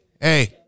hey